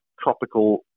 tropical